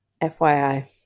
FYI